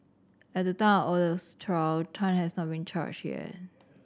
at the of Oh's trial Tan had not been charged yet